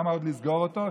למה עוד לסגור אותו?